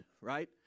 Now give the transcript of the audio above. right